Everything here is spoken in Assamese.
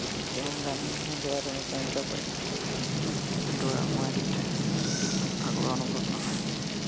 তেওঁৰ গানসমূহে দৌৰাত অনুপ্ৰাণিত কৰে দৌৰা সময়ত ভাগৰুৱা অনুভৱ নহয়